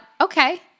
okay